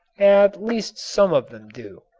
at least some of them do.